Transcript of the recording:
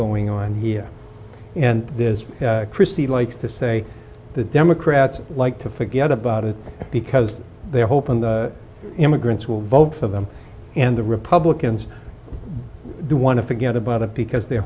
going on here and this christie likes to say the democrats like to forget about it because they hope and immigrants will vote for them and the republicans do want to forget about it because they're